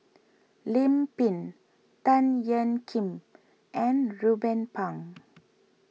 Lim Pin Tan Ean Kiam and Ruben Pang